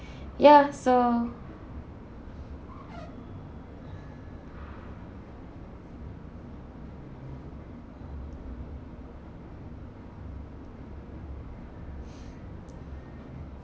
ya so